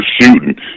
shooting